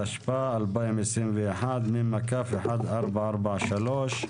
התשפ"א-2021 (מ/1443).